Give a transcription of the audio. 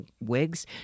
wigs